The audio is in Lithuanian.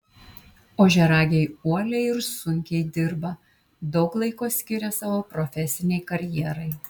ožiaragiai uoliai ir sunkiai dirba daug laiko skiria savo profesinei karjerai